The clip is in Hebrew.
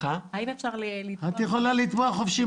את יכולה לתבוע חופשי.